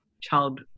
child